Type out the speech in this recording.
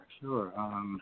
sure